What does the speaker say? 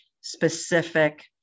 specific